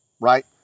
Right